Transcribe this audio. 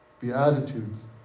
Beatitudes